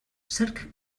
zerk